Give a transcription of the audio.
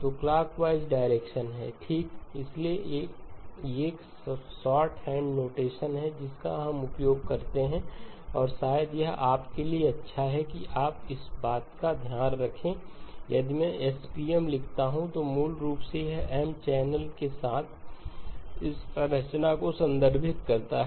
तो clockwise direction है ठीक इसलिए एक शॉर्टहैंड नोटेशन है जिसका हम उपयोग करते हैं और शायद यह आपके लिए अच्छा है कि आप इस बात का ध्यान रखें कि यदि मैं SPM लिखता हूं तो मूल रूप से यह M चैनलों के साथ इस संरचना को संदर्भित करता है